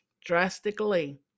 drastically